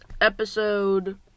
episode